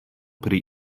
pri